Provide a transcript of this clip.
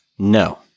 No